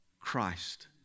Christ